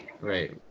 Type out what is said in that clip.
Right